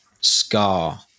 scar